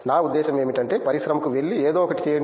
నా ఉద్దేశ్యం ఏమిటంటే పరిశ్రమకు వెళ్లి ఏదో ఒకటి చేయండి